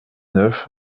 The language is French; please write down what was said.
neuf